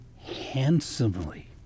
handsomely